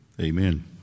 Amen